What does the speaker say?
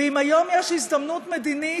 ואם היום יש הזדמנות מדינית,